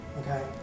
Okay